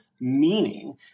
meaning